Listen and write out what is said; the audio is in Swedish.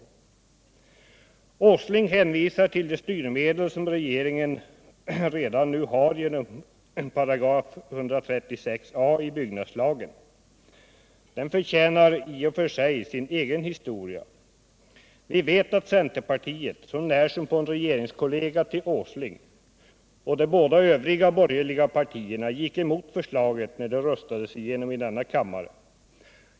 Nils Åsling hänvisar till de styrmedel som regeringen redan nu har genom 136a §i byggnadslagen. Den förtjänar i och för sig sin egen historia. Vi vet att centerpartiet — så när som på en regeringskollega till Nils Åsling — och de båda övriga borgerliga partierna gick emot förslaget när det röstades igenom i denna kammare.